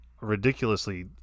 ridiculously